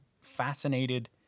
fascinated